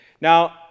Now